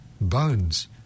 bones